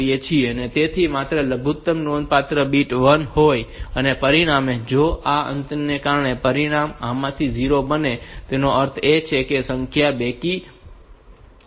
તેથી માત્ર લઘુત્તમ નોંધપાત્ર બીટ 1 હોય છે અને પરિણામે જો આ અંતને કારણે પરિણામ આમાંથી 0 બને તો તેનો અર્થ એ છે કે તે સંખ્યા બેકી સંખ્યા હોય છે